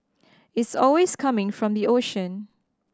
it's always coming from the ocean